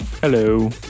Hello